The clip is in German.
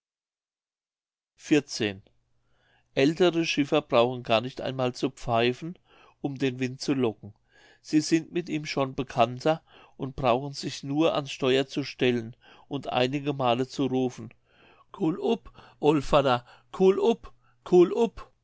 aeltere schiffer brauchen gar nicht einmal zu pfeifen um den wind zu locken sie sind mit ihm schon bekannter und brauchen sich nur ans steuer zu stellen und einige male zu rufen kuhl up oll vader kuhl up